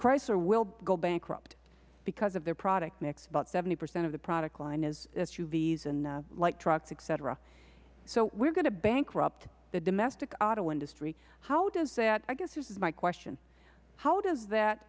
chrysler will go bankrupt because of the product mix about seventy percent of their product line is suvs and light trucks et cetera so we are going to bankrupt the domestic auto industry how does that i guess this is my question how does that